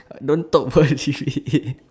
don't talk first you shit head